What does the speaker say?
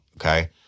Okay